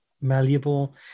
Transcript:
malleable